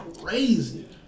crazy